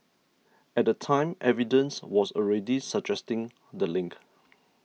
at the time evidence was already suggesting the link